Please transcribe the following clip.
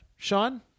Sean